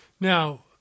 Now